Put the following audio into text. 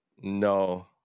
no